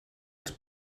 als